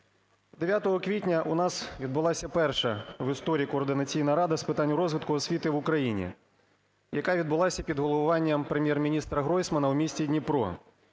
9 квітня у нас відбулася перша в історії Координаційна рада з питань розвитку освіти в Україні, яка відбулася під головуванням Прем’єр-міністра Гройсмана у місті Дніпро.